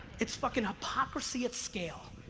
it's fucking hypocrisy at scale.